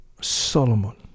Solomon